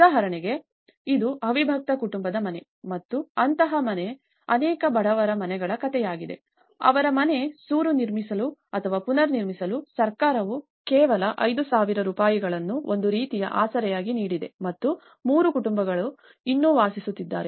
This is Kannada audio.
ಉದಾಹರಣೆಗೆ ಇದು ಅವಿಭಕ್ತ ಕುಟುಂಬದ ಮನೆ ಮತ್ತು ಅಂತಹ ಅನೇಕ ಬಡವರ ಮನೆಗಳ ಕಥೆಯಾಗಿದೆ ಅವರ ಮನೆ ಸೂರು ಪುನರ್ನಿರ್ಮಿಸಲು ಸರ್ಕಾರವು ಕೇವಲ 5000 ರೂಪಾಯಿಗಳನ್ನು ಒಂದು ರೀತಿಯ ಆಸರೆಯಾಗಿ ನೀಡಿದೆ ಮತ್ತು 3 ಕುಟುಂಬಗಳು ಇನ್ನೂ ವಾಸಿಸುತ್ತಿದ್ದಾರೆ